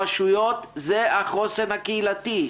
הרשויות הן החוסן הקהילתי.